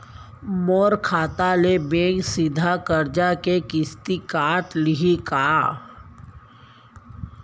मोर खाता ले बैंक सीधा करजा के किस्ती काट लिही का?